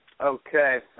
Okay